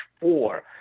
four